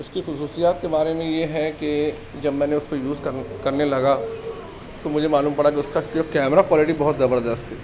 اس کی خصوصیات کے بارے میں یہ ہے کہ جب میں نے اس کو یوز کرنے کرنے لگا تو مجھے معلوم پڑا کہ اس کا کیمرہ کوالٹی بہت زبردست ہے